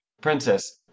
Princess